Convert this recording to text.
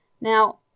Now